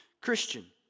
Christian